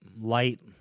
light